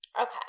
Okay